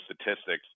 statistics